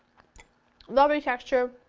lovely texture,